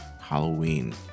Halloween